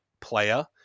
player